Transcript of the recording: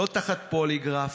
לא תחת פוליגרף,